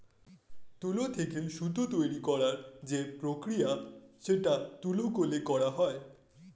তুলো থেকে সুতো তৈরী করার যে প্রক্রিয়া সেটা তুলো কলে করা হয়